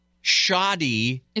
shoddy